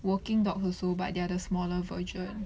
working dogs also but they are the smaller version